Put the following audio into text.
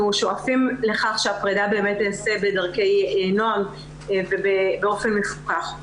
שואפים לכך שהפרידה באמת תיעשה בדרכי נועם ובאופן מפוקח.